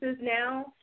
now